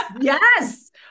Yes